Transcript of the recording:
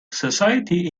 society